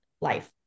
life